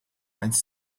eins